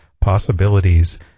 possibilities